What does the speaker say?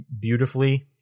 beautifully